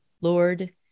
Lord